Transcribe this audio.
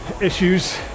issues